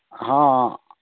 ᱦᱮᱸ